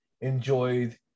enjoyed